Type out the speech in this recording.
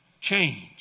Change